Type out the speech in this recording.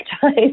time